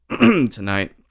tonight